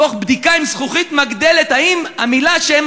תוך בדיקה עם זכוכית מגדלת אם המילה שהם